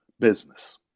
Business